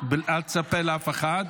אל תספר לאף אחד.